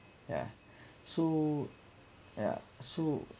yeah so yeah so